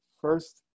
first